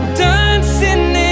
dancing